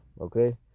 Okay